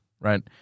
right